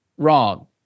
Wrong